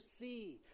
see